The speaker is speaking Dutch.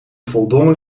voldongen